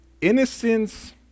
innocence